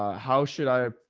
ah how should i,